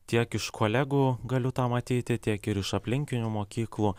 tiek iš kolegų galiu tą matyti tiek ir iš aplinkinių mokyklų